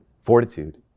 fortitude